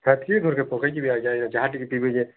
ସେ କିଏ ଦୂର୍କେ ପକେଇ ଯିବେ ଆଜ୍ଞା ଚାହା ଟିକେ ପିଇବେ ଯେ